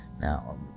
now